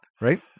Right